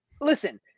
Listen